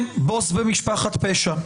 כן, בוס במשפחת פשע.